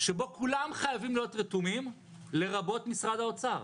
שבו כולם חייבים להיות רתומים, לרבות משרד האוצר.